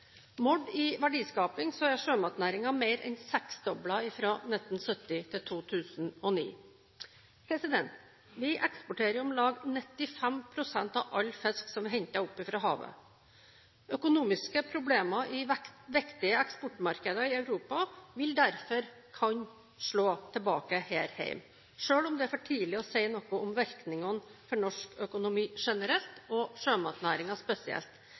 Målt i verdiskaping er sjømatnæringen mer enn seksdoblet fra 1970 til 2009. Vi eksporterer om lag 95 pst. av all fisk som vi henter opp fra havet. Økonomiske problemer i viktige eksportmarkeder i Europa vil derfor kunne slå tilbake her hjemme. Selv om det er for tidlig å si noe om virkningene for norsk økonomi generelt og sjømatnæringen spesielt,